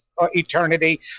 eternity